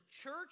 church